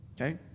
Okay